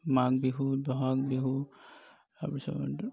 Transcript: মাঘ বিহু ব'হাগ বিহু তাৰপিছত